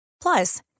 Plus